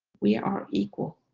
we are equal.